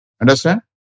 Understand